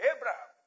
Abraham